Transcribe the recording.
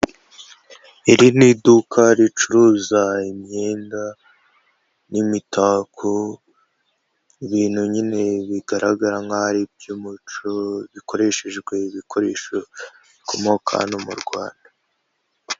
Iri ni iduka ricuruza imyenda n'imitako, ibintu nyine bigaragara nkaho ari iby'umuco bikoreshejwe ibikoresho bikomoka hano mu Rwanda.